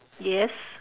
yes